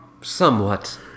Somewhat